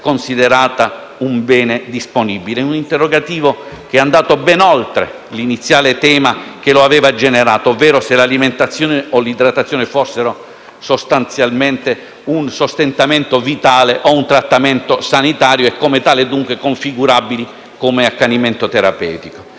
considerata un bene disponibile? Un interrogativo che è andato ben oltre l'iniziale tema che lo aveva generato, ovvero, se l'alimentazione e l'idratazione fossero sostanzialmente un sostentamento vitale o un trattamento sanitario e come tale, dunque, configurabile come accanimento terapeutico.